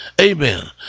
Amen